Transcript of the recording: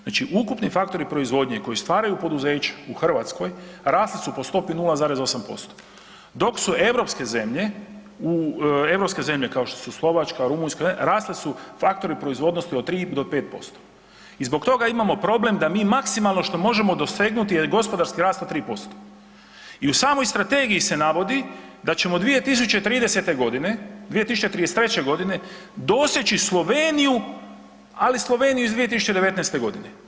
Znači ukupni faktori proizvodnje koji stvaraju poduzeća u Hrvatskoj rasli su po stopi od 0,8% dok su europske zemlje, europske zemlje kao što su Slovačka, Rumunjska rasle su faktori proizvodnosti od 3,5 do 5% i zbog toga imamo problem da mi maksimalno što možemo dosegnuti je gospodarski rast od 3% i u samoj strategiji se navodi da ćemo 2030. godine, 2033. godine doseći Sloveniju ali Sloveniju iz 2019. godine.